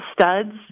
studs